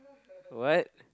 what